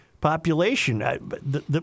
population